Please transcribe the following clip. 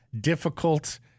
difficult